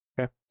Okay